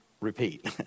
repeat